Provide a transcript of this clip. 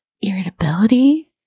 irritability